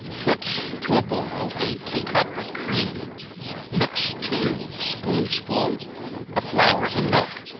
put to boil a tea-cup of cream mix two spoonsful of flour in milk,